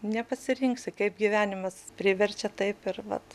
nepasirinksi kaip gyvenimas priverčia taip ir vat